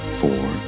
four